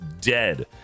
dead